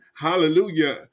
Hallelujah